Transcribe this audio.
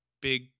big